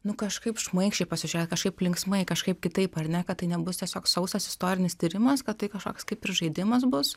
nu kažkaip šmaikščiai pasižiūrėt kažkaip linksmai kažkaip kitaip ar ne kad tai nebus tiesiog sausas istorinis tyrimas kad tai kažkoks kaip ir žaidimas bus